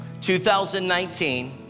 2019